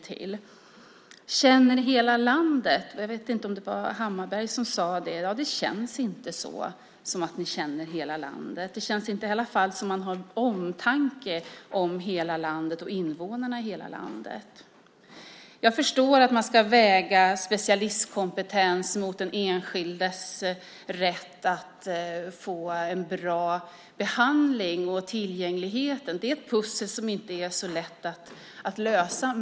Det sades här: Vi känner hela landet. Jag vet inte om det var Hammarbergh som sade så. Det känns inte som att ni känner hela landet. Det känns i varje fall inte som att man har omtanke om hela landet och invånarna i hela landet. Jag förstår att man ska väga specialistkompetens mot den enskildes rätt att få en bra behandling och tillgängligheten. Det är ett pussel som inte är så lätt att lösa.